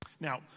Now